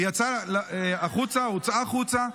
היא יצאה החוצה, הוצאה החוצה.